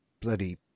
bloody